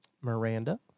Miranda